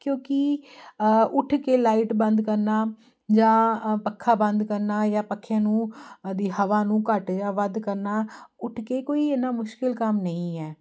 ਕਿਉਂਕਿ ਉੱਠ ਕੇ ਲਾਈਟ ਬੰਦ ਕਰਨਾ ਜਾਂ ਪੱਖਾ ਬੰਦ ਕਰਨਾ ਜਾਂ ਪੱਖੇ ਨੂੰ ਉਹਦੀ ਹਵਾ ਨੂੰ ਘੱਟ ਜਾਂ ਵੱਧ ਕਰਨਾ ਉੱਠ ਕੇ ਕੋਈ ਇੰਨਾ ਮੁਸ਼ਕਿਲ ਕੰਮ ਨਹੀਂ ਹੈ